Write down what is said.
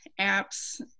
apps